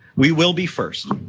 we will be first